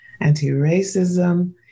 anti-racism